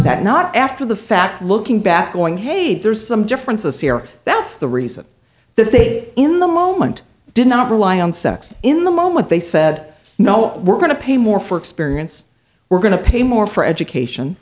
that not after the fact looking back going hey there's some differences here that's the reason that they in the moment did not rely on sex in the moment they said no we're going to pay more for experience we're going to pay more for